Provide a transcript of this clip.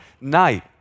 night